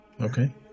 okay